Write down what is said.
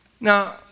Now